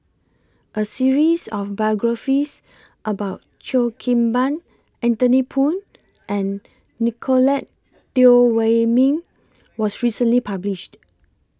A series of biographies about Cheo Kim Ban Anthony Poon and Nicolette Teo Wei Min was recently published